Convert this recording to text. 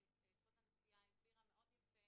וכבוד הנשיאה הסבירה מאוד יפה,